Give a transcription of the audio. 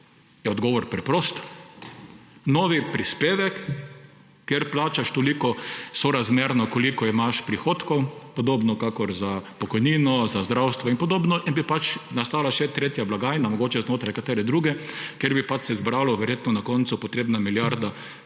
odgovor preprost. Nov prispevek, kjer plačaš toliko sorazmerno, kolikor imaš prihodkov, podobno kakor za pokojnino, za zdravstvo in podobno. In bi pač nastala še tretja blagajna, mogoče znotraj katere druge, kjer bi pač se zbrala verjeto na koncu potreba milijarda